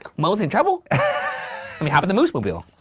moe's in trouble? let me hop in the moose-mobile.